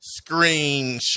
screenshot